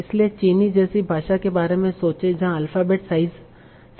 इसलिए चीनी जैसी भाषा के बारे में सोचें जहां अल्फाबेट साइज़ 70000 है